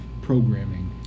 programming